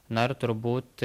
na ir turbūt